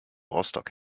rostock